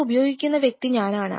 ഇത് ഉപയോഗിക്കുന്ന വ്യക്തി ഞാനാണ്